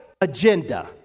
agenda